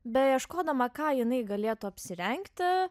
beieškodama ką jinai galėtų apsirengti